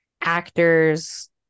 actors